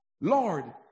Lord